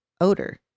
odor